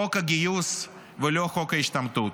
חוק הגיוס ולא חוק ההשתמטות.